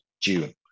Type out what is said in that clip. June